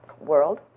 world